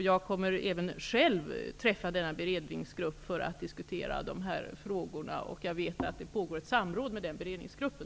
Jag kommer även själv att träffa denna beredningsgrupp för att diskutera dessa frågor. Jag vet att ett samråd pågår med beredningsgruppen.